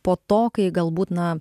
po to kai galbūt na